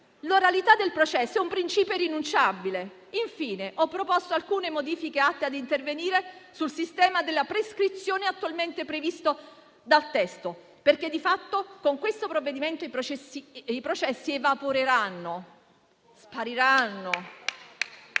L'oralità del processo è un principio irrinunciabile. Infine, ho proposto alcune modifiche atte ad intervenire sul sistema della prescrizione attualmente previsto dal testo, perché di fatto con questo provvedimento i processi evaporeranno, spariranno.